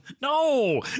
No